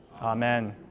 Amen